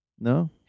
No